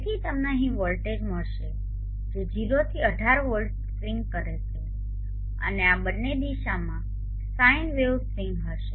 તેથી તમને અહીં વોલ્ટેજ મળશે જે 0 થી 18 વોલ્ટથી સ્વિંગ કરે છે અને આ બંને દિશામાં સાઈન વેવ સ્વિંગ્સ હશે